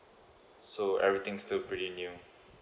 so everything still pretty new